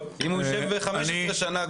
אם הוא יישב 15 שנה,